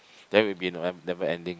then will be never ending